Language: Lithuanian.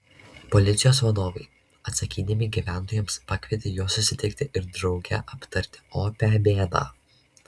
policijos vadovai atsakydami gyventojams pakvietė juos susitikti ir drauge aptarti opią bėdą